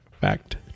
Fact